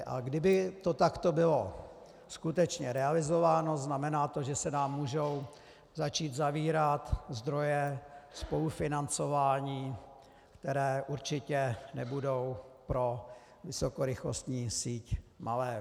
A kdyby to takto bylo skutečně realizováno, znamená to, že se nám můžou začít zavírat zdroje spolufinancování, které určitě nebudou pro vysokorychlostní síť malé.